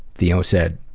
theo said,